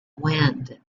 wind